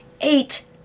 Eight